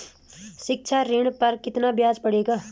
शिक्षा ऋण पर कितना ब्याज पड़ेगा?